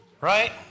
Right